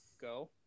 go